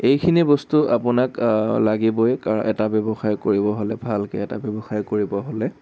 এইখিনি বস্তু আপোনাক লাগিবই কাৰণ এটা ব্যৱসায় কৰিব হ'লে ভালকৈ এটা ব্যৱসায় কৰিব হ'লে